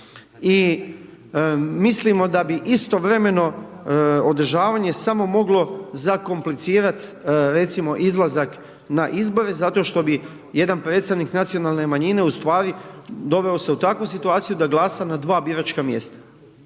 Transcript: i mislimo da bi istovremeno održavanje samo moglo zakomplicirat, recimo, izlazak na izbore zato što bi jedan predstavnik nacionalne manjine u stvari doveo se u takvu situaciju da glasa na dva biračka mjesta,